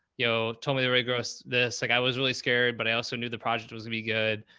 you know, told me the rate, gross this. like, i was really scared, but i also knew the project was gonna be good.